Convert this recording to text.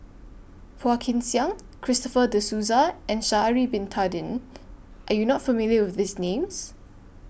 Phua Kin Siang Christopher De Souza and Sha'Ari Bin Tadin Are YOU not familiar with These Names